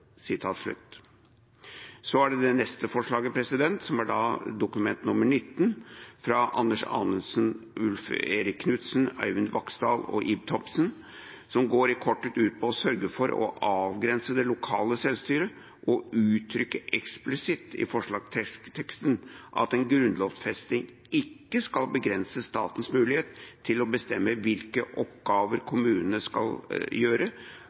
Så til det neste forslaget. Det er grunnlovsforslag 19, fra Anders Anundsen, Ulf Erik Knudsen, Øyvind Vaksdal og Ib Thomsen, som i korthet går ut på å sørge for å avgrense det lokale selvstyret og uttrykke eksplisitt i forslagsteksten at en grunnlovfesting ikke skal begrense statens mulighet til å bestemme hvilke oppgaver kommunene skal